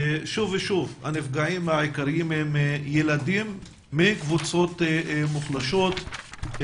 ושוב ושוב הנפגעים העיקריים הם ילדים מקבוצות מוחלשות,